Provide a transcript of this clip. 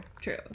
true